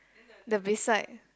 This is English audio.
the beside